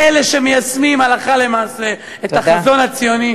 אלה שמיישמים הלכה למעשה את החזון הציוני